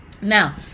Now